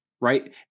right